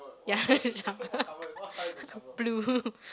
ya ya blue